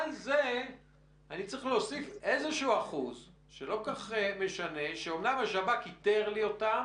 ואז אנחנו יודעים כמה השב"כ איתר בכלל,